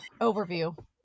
overview